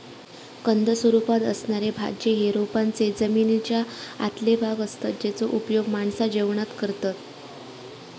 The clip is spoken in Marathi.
कंद स्वरूपात असणारे भाज्ये हे रोपांचे जमनीच्या आतले भाग असतत जेचो उपयोग माणसा जेवणात करतत